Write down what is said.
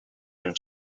and